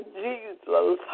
jesus